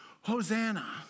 Hosanna